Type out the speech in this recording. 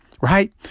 Right